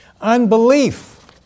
Unbelief